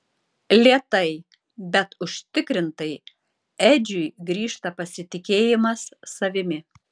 lėtai bet užtikrintai edžiui grįžta pasitikėjimas savimi